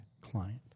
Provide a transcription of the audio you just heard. client